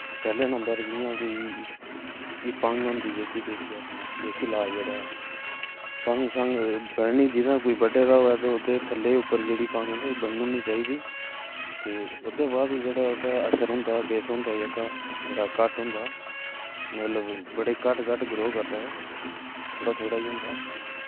पैह्ले नंबर जियां कोई एह् भांग होंदी जेह्की देसी आपने देसी लाज जेह्ड़ा ऐ भांग शांग बननी जित्थै कूदे बड्डे दा होवै ते ओह्दे थल्ले उप्पर जियां कोई भांग बननुड़नी चाहिदी ते ओह्दे बाद जेह्ड़ा ओह्दा असर रौह्ंदा बैस होंदा जेह्का बड़ा घट्ट होंदा मतलव घट्ट घट्ट ग्रो करदा ओह् थोह्ड़ा थोह्ड़ा ही होंदा